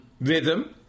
rhythm